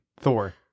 Thor